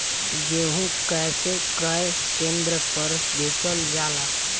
गेहू कैसे क्रय केन्द्र पर बेचल जाला?